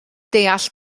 deall